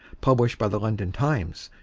published by the london times,